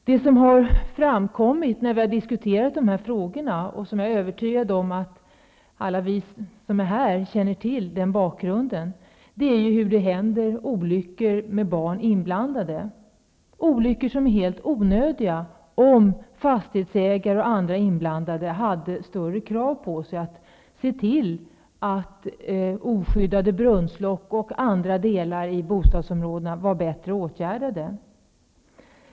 Det som har framkommit när vi har diskuterat de här frågorna -- jag är övertygad om att vi alla här känner till bakgrunden -- är hur olyckor med barn inblandade kan ske. Olyckor som är helt onödiga om fastigsägare och andra inblandade hade större krav på sig att se till att oskyddade brunnslock och andra brister i bostadsområden var åtgärdade.